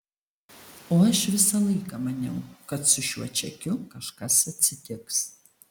o aš visą laiką maniau kad su šiuo čekiu kažkas atsitiks